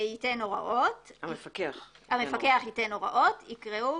"המפקח ייתן הוראות" יקראו